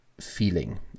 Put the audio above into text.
feeling